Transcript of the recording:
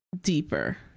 deeper